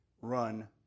run